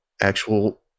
actual